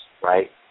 right